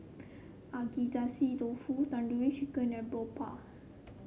Agedashi Dofu Tandoori Chicken and Boribap